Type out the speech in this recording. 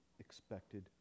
expected